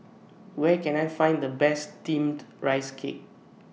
Where Can I Find The Best Steamed Rice Cake